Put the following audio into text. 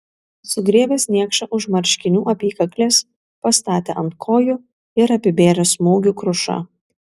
sugriebęs niekšą už marškinių apykaklės pastatė ant kojų ir apibėrė smūgių kruša